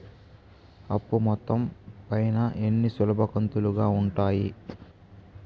అప్పు మొత్తం పైన ఎన్ని సులభ కంతులుగా ఉంటాయి?